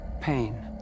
Pain